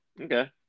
Okay